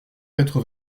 quatre